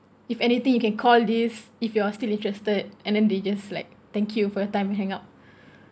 if anything you can call this if you're still interested and then they just like thank you for your time and hang up